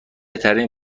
ترین